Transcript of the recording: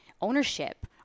ownership